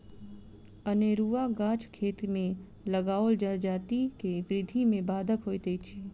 अनेरूआ गाछ खेत मे लगाओल जजाति के वृद्धि मे बाधक होइत अछि